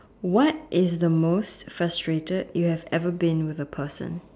what is the most frustrated you have ever been with a person